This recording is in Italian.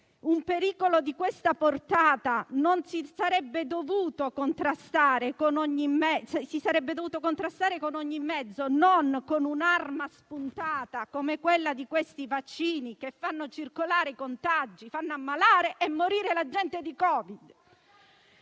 un pericolo di questa portata si sarebbe dovuto contrastare con ogni mezzo, non con un'arma spuntata come quella dei vaccini, che fanno circolare i contagi, fanno ammalare e morire la gente di Covid.